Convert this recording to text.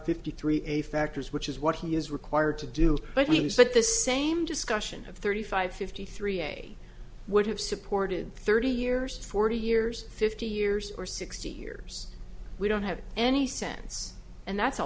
fifty three a factors which is what he is required to do but means that the same discussion of thirty five fifty three a would have supported thirty years forty years fifty years or sixty years we don't have any sense and that's a